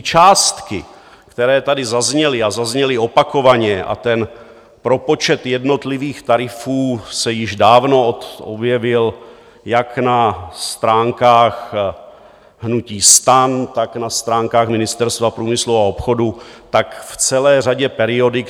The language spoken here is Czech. Částky, které tady zazněly a zazněly opakovaně, a propočet jednotlivých tarifů se již dávno objevily jak na stránkách hnutí STAN, tak na stránkách Ministerstva průmyslu a obchodu, tak v celé řadě periodik.